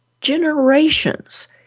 generations